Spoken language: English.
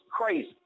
crazy